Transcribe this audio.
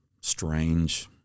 strange